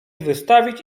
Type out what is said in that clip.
wystawić